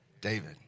David